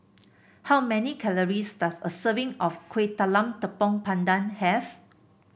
how many calories does a serving of Kueh Talam Tepong Pandan have